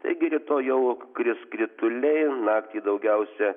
taigi rytoj jau kris krituliai naktį daugiausia